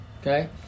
Okay